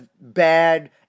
bad